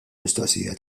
mistoqsija